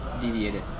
deviated